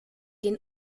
den